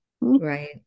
Right